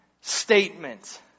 statement